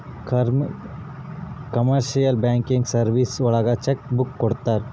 commercial banking services ಒಳಗ cheque book ಕೊಡ್ತಾರ